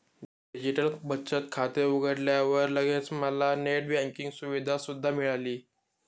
digital बचत खाते उघडल्यावर लगेच मला नेट बँकिंग सुविधा सुद्धा मिळाली